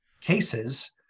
cases